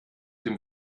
dem